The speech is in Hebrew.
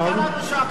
כל אחד בתורו,